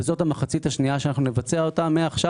וזאת המחצית השנייה שנבצע אותם מעכשיו